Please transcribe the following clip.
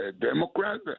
Democrat